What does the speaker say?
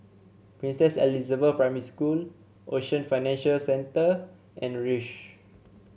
Princess Elizabeth Primary School Ocean Financial Centre and the Rosyth